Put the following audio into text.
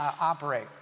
operate